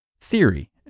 theory